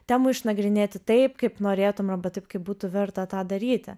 temų išnagrinėti taip kaip norėtum arba taip kaip būtų verta tą daryti